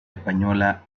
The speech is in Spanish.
española